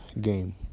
game